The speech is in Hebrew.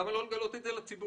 למה לא לגלות את זה לציבור?